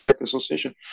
Association